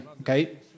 okay